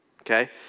okay